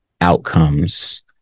outcomes